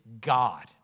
God